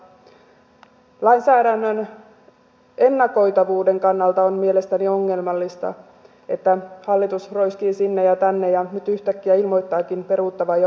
lainsäädännön ennakoitavuuden kannalta on mielestäni ongelmallista että hallitus roiskii sinne ja tänne ja nyt yhtäkkiä ilmoittaakin peruuttavansa jo valmistellun lain